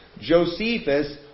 Josephus